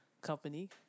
company